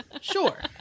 sure